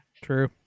true